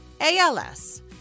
ALS